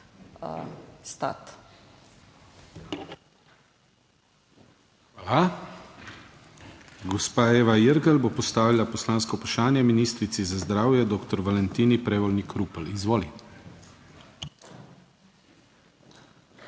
Hvala. Gospa Eva Irgl bo postavila poslansko vprašanje ministrici za zdravje dr. Valentini Prevolnik Rupel. Izvoli.